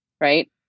Right